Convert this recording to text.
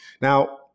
Now